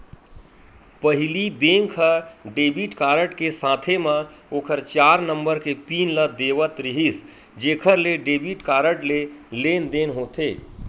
पहिली बेंक ह debit card के साथे म ओखर चार नंबर के पिन ल देवत रिहिस जेखर ले डेबिट कारड ले लेनदेन होथे